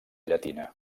llatina